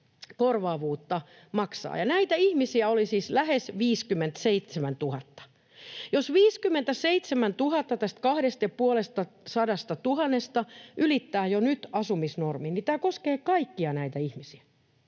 korvaavuutta maksaa — näitä ihmisiä oli siis lähes 57 000, ja jos 57 000 tästä 250 000:sta ylittää jo nyt asumisnormin, niin tämä koskee kaikkia näitä ihmisiä